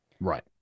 Right